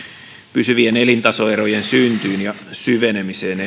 pysyvien elintasoerojen syntyyn ja syvenemiseen